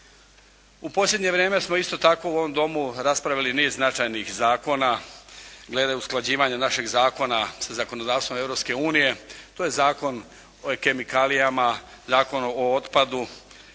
U posljednje vrijeme smo isto tako u ovom Domu raspravili niz značajnih zakona glede usklađivanja našeg zakona sa zakonodavstvom Europske unije, to je Zakon o kemikalijama, Zakon o otpadu,